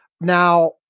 Now